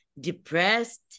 depressed